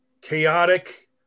chaotic